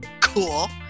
Cool